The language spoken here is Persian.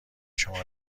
شما